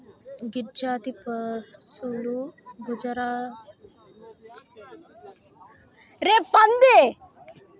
గిర్ జాతి పసులు గుజరాత్లోని దక్షిణ కతియావార్లోని గిర్ అడవుల నుండి ఉద్భవించింది